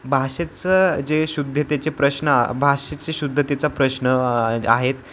भाषेचं जे शुद्धतेचे प्रश्न भाषेचे शुद्धतेचा प्रश्न आहेत